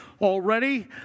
already